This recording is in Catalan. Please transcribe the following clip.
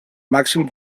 màxim